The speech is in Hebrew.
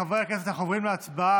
חברי הכנסת, אנחנו עוברים להצבעה.